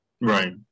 Right